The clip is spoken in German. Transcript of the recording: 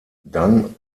dann